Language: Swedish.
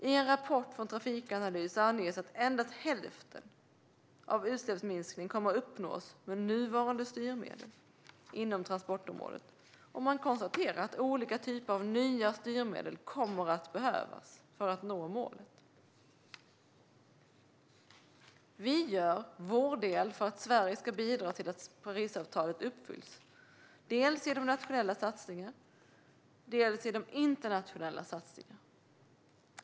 I en rapport från Trafikanalys anges att endast hälften av utsläppsminskningen kommer att uppnås med nuvarande styrmedel inom transportområdet, och man konstaterar att olika typer av nya styrmedel kommer att behövas för att nå målet. Vi gör vår del för att Sverige ska bidra till att Parisavtalet uppfylls, dels genom nationella satsningar, dels genom internationella satsningar.